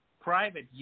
private